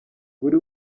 buri